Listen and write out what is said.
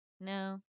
No